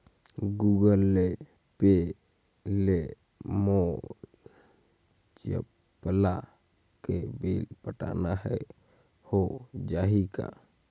Google pay ले मोल चपला के बिल पटाना हे, हो जाही का?